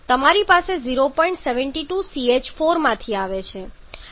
72 CH4 માંથી આવે છે અને તમારી પાસે CO2છે